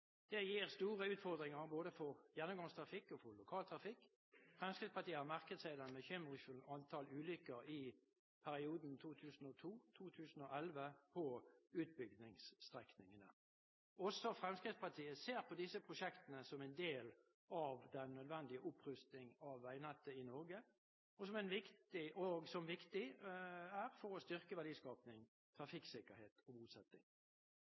Det gir store utfordringer både for gjennomgangstrafikk og for lokaltrafikk. Fremskrittspartiet har merket seg det bekymringsfulle antall ulykker i perioden 2002–2011 på utbyggingsstrekningene. Også Fremskrittspartiet ser på disse prosjektene som en del av den nødvendige opprustningen av veinettet i Norge, og som viktig for å styrke verdiskapning, trafikksikkerhet og bosetting.